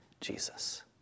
Jesus